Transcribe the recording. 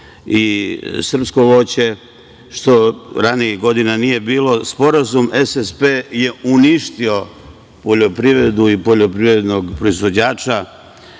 i srpsko voće, što ranijih godina nije bilo sporazum, SSP je uništio poljoprivredu i poljoprivrednog proizvođača. Mislim